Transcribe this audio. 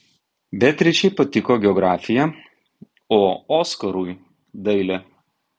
beatričei patiko geografija o oskarui dailė